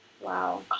Wow